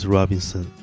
Robinson